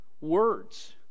words